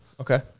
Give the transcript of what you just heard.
Okay